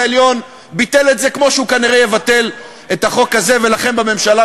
זאת אומרת, זה חוק פוליטי לחלוטין,